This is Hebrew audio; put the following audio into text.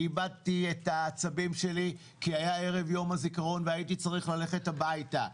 איבדתי את העצבים שלי כי היה ערב יום הזיכרון והייתי צריך ללכת הביתה.